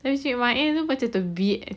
tapi cik mai tu macam tebiat